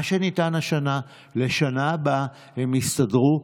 מה שניתן השנה, לשנה הבאה, הם יסתדרו.